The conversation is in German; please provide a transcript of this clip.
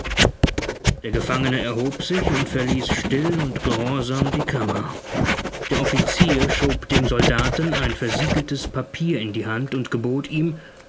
der gefangene erhob sich und verließ still und gehorsam die kammer der offizier schob dem soldaten ein versiegeltes papier in die hand und gebot ihm